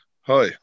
Hi